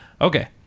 Okay